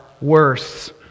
worse